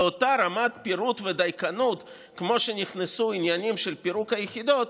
באותה רמת פירוט ודייקנות כמו שנכנסו עניינים של פירוק היחידות,